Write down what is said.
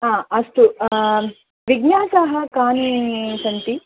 अस्तु विज्ञासाः कानि सन्ति